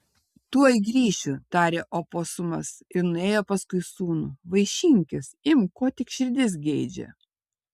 tuoj grįšiu tarė oposumas ir nuėjo paskui sūnų vaišinkis imk ko tik širdis geidžia